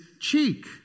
cheek